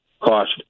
Cost